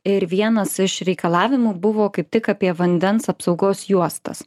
ir vienas iš reikalavimų buvo kaip tik apie vandens apsaugos juostas